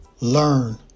learn